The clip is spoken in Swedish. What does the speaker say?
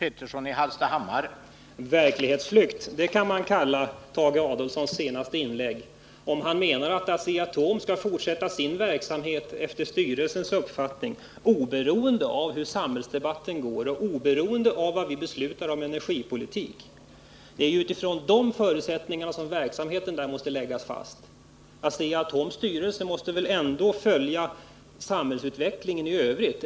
Herr talman! Verklighetsflykt, det kan man kalla Tage Adolfssons senaste inlägg, om han menar att Asea-Atom skall fortsätta sin verksamhet efter styrelsens uppfattning, oberoende av hur samhällsdebatten går och oberoende av vad vi beslutar i fråga om energipolitiken. Det är ju utifrån de förutsättningarna som företagets verksamhet måste läggas fast. Asea-Atoms styrelse måste väl ändå följa samhällsutvecklingen i övrigt.